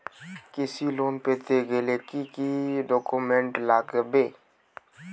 কৃষি লোন পেতে গেলে কি কি ডকুমেন্ট লাগবে?